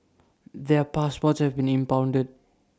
their passports have been impounded